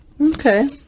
Okay